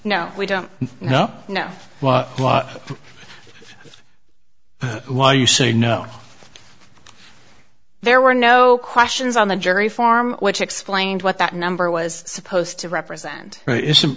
no we don't know no well why you say no there were no questions on the jury form which explained what that number was supposed to represent i